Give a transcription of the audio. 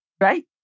right